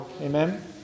Amen